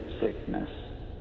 sickness